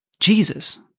Jesus